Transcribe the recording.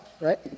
right